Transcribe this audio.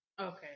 okay